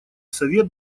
совет